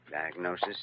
Diagnosis